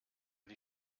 die